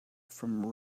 from